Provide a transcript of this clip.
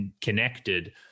connected